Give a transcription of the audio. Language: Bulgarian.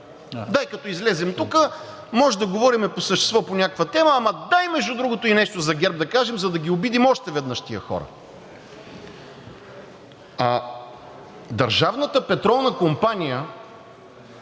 Държавната петролна компания,